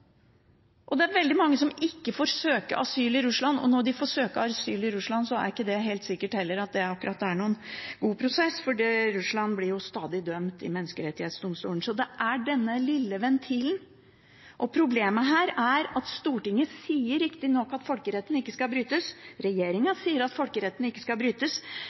Og det er veldig mange som ikke får søke asyl i Russland, og når de får søke asyl i Russland, er det heller ikke sikkert at det akkurat er noen god prosess, for Russland blir stadig dømt i Menneskerettighetsdomstolen. Så det er denne lille ventilen. Problemet her er at Stortinget riktignok sier at folkeretten ikke skal brytes,